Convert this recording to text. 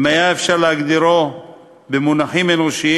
אם היה אפשר להגדירו במונחים אנושיים,